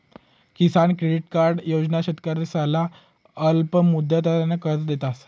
किसान credit card योजना शेतकरीसले अल्पमुदतनं कर्ज देतस